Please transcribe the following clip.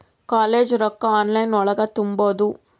College ರೊಕ್ಕ online ಒಳಗ ತುಂಬುದು?